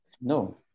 no